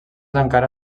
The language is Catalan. encara